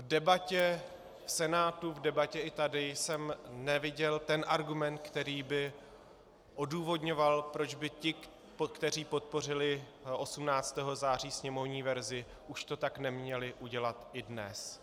V debatě v Senátu i v debatě tady jsem neviděl argument, který by odůvodňoval, proč by ti, kteří podpořili 18. září sněmovní verzi, už to tak neměli udělat i dnes.